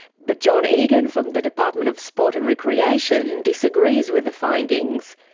but john egan from the department of sport and recreation disagrees with the findings.